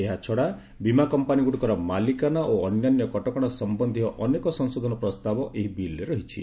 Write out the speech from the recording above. ଏହାଛଡ଼ା ବୀମା କମ୍ପାନୀଗୁଡ଼ିକର ମାଲିକାନା ଓ ଅନ୍ୟାନ୍ୟ କଟକଣା ସମ୍ବନ୍ଧୀୟ ଅନେକ ସଂଶୋଧନ ପ୍ରସ୍ତାବ ଏହି ବିଲ୍ରେ ରହିଛି